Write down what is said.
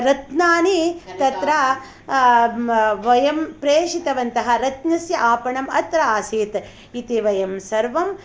रत्नानि तत्र वयं प्रेषितवन्तः रत्नस्य आपणम् अत्र आसीत् इति वयं सर्वं